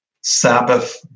sabbath